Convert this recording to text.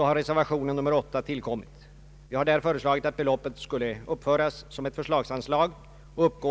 Herr talman!